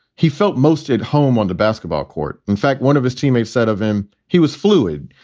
he felt most at home on the basketball court. in fact, one of his teammates said of him he was fluid.